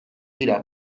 dira